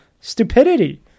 stupidity